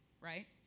right